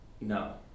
No